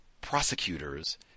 prosecutors